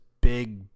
big